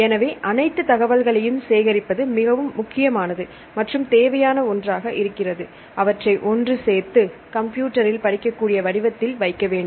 எனவே அனைத்து தகவல்களையும் சேகரிப்பது மிகவும் முக்கியமானது மற்றும் தேவையான ஒன்றாக இருக்கிறது அவற்றை ஒன்று சேர்த்து கம்ப்யூட்டரில் படிக்கக்கூடிய வடிவத்தில் வைக்கவேண்டும்